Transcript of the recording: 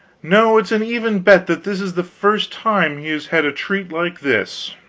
no, it's an even bet that this is the first time he has had a treat like this.